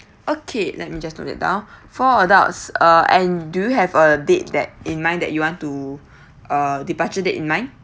okay let me just note that down four adults uh and do you have a date that in mind that you want to uh departure date in mind